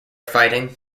fighting